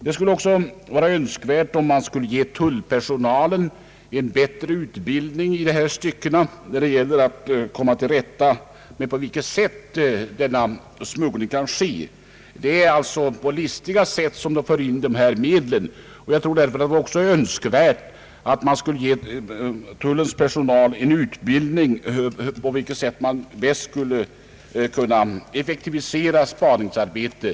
Det skulle också vara önskvärt att ge tullpersonalen en bättre utbildning när det gäller att komma till rätta med denna smuggling. Det är på listiga sätt som man för in dessa medel. Därför vore det också önskvärt att ge tullens personal en utbildning åsyftande att effektivisera spaningsarbetet.